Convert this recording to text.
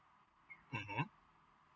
mm mm